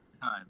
time